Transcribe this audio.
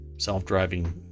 self-driving